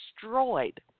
destroyed